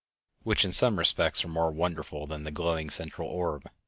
which in some respects are more wonderful than the glowing central orb.